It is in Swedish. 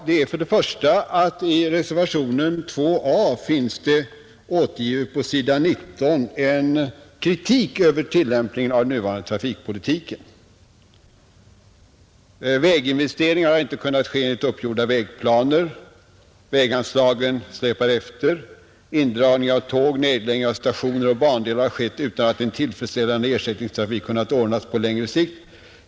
Det är för det första att i reservationen 2 a finns på s. 19 en kritik av den nuvarande trafikpolitiken. Väginvesteringarna har inte kunnat ske enligt uppgjorda vägplaner. Väganslagen släpar efter. Indragning av tåg, nedläggning av stationer och bandelar har skett utan att en tillfredsställande ersättningstrafik kunnat ordnas på längre sikt.